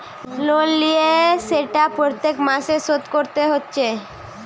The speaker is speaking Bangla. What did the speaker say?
লোন লিলে সেটা প্রত্যেক মাসে শোধ কোরতে হচ্ছে